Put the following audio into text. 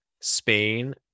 spain